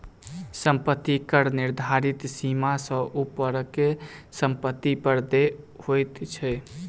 सम्पत्ति कर निर्धारित सीमा सॅ ऊपरक सम्पत्ति पर देय होइत छै